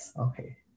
Okay